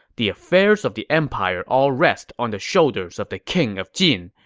the affairs of the empire all rest on the shoulders of the king of jin.